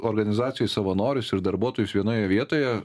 organizacijoj savanorius ir darbuotojus vienoje vietoje